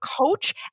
coach